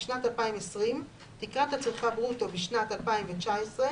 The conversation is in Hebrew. ״(3) בשנת 2020 - תקרת הצריכה ברוטו בשנת 2019,